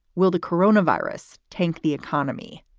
will the corona virus tank the economy?